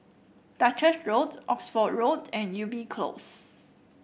Duchess Road Oxford Road and Ubi Close